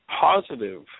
positive